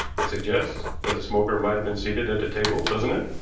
it suggests that the smoker might have been seated at the table, doesn't it?